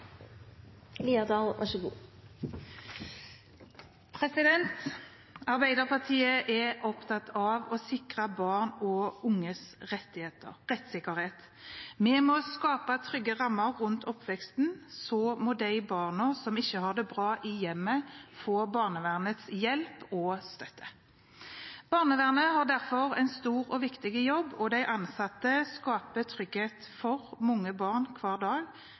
unges rettssikkerhet. Vi må skape trygge rammer rundt oppveksten. Så må de barna som ikke har det bra i hjemmet, få barnevernets hjelp og støtte. Barnevernet har derfor en stor og viktig jobb, og de ansatte skaper trygghet for mange barn hver dag,